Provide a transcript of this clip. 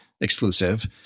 exclusive